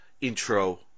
intro